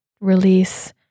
release